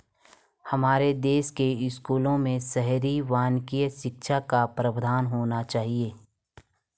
हमारे देश के स्कूलों में शहरी वानिकी शिक्षा का प्रावधान होना चाहिए